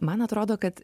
man atrodo kad